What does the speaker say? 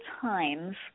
times